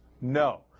No